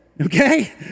okay